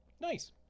Nice